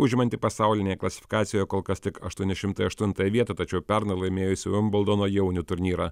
užimantį pasaulinėje klasifikacijoje kol kas tik aštuoni šimtai aštuntąją vietą tačiau pernai laimėjusio vilbildono jaunių turnyrą